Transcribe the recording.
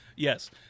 Yes